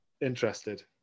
interested